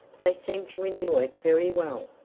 they seem to enjoy it very well.